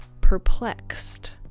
perplexed